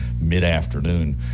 mid-afternoon